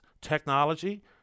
technology